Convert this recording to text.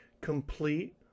complete